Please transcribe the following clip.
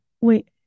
wait